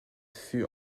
fut